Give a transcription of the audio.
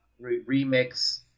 remix